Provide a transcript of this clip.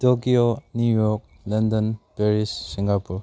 Tokyo New York London Paris Singapore